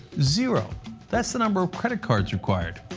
zero that's the number of credit cards required.